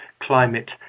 Climate